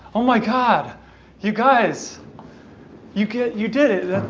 oh my god you guys you can't. you did it.